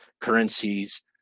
currencies